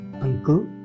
uncle